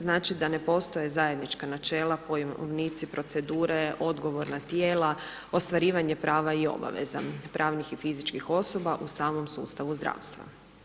Znači da ne postoje zajednička načela, pojmovnici, procedure, odgovorna tijela, ostvarivanje prava i obaveza pravnih i fizičkih osoba u samom sustavu zdravstva.